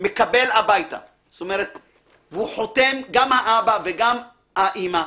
מקבל הביתה והוא חותם, גם האבא וגם האמא: